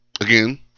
Again